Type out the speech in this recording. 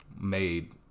made